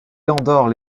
endort